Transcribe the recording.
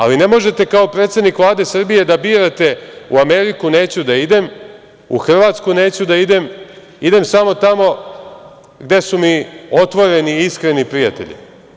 Ali ne možete kao predsednik Vlade Srbije da birate – u Ameriku neću da idem, u Hrvatsku neću da idem, idem samo tamo gde su mi otvoreni i iskreni prijatelji.